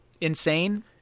Insane